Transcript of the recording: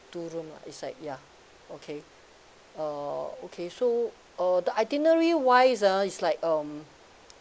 two room lah it's like ya okay uh okay so uh the itinerary wise ah it's like um